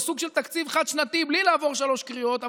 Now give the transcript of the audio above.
זה סוג של תקציב חד-שנתי בלי לעבור שלוש קריאות,